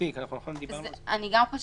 מספיק לכתוב "סעיף 60". אני גם חושבת